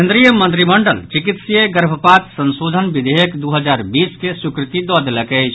केन्द्रीय मंत्रिमंडल चिकित्सीय गर्भपात संशोधन विधेयक दू हजार बीस के स्वीकृति दऽ देलक अछि